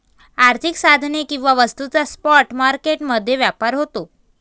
आर्थिक साधने किंवा वस्तूंचा स्पॉट मार्केट मध्ये व्यापार होतो